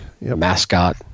mascot